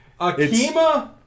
Akima